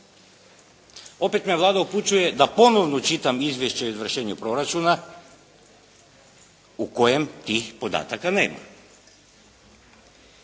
Opet me Vlada upućuje da ponovno čitam izvješće o izvršenju proračuna u kojem tih podataka nema.